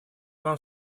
вам